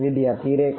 વિદ્યાર્થી રેખા